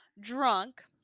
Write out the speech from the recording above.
drunk